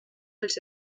pels